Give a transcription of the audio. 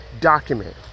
document